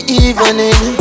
evening